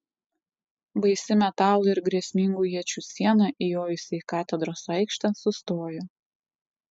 baisi metalo ir grėsmingų iečių siena įjojusi į katedros aikštę sustojo